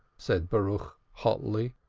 said baruch hotly.